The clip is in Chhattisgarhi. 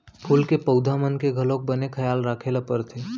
फूल के पउधा मन के घलौक बने खयाल राखे ल परथे